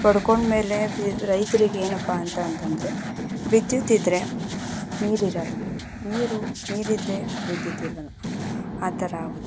ಪಡ್ಕೊಂಡಮೇಲೆ ರೈತ್ರಿಗೆ ಏನಪ್ಪ ಅಂತಂತಂದರೆ ವಿದ್ಯುತ್ ಇದ್ದರೆ ನೀರು ಇರೋಲ್ಲ ನೀರು ನೀರು ಇದ್ದರೆ ವಿದ್ಯುತ್ತಿರೋಲ್ಲ ಆ ಥರ ಆಗುತ್ತೆ